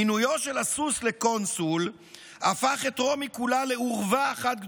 מינויו של הסוס לקונסול הפך את רומי כולה לאורווה אחת גדולה,